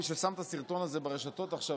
מי ששם את הסרטון הזה ברשתות עכשיו,